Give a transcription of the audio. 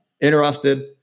interested